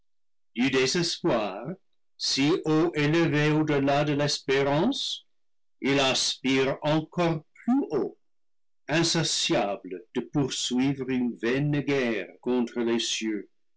désespoir si haut élevé au-delà de l'espérance il aspire encore plus haut insatiable de poursuivre une vaine guerre contre les cieux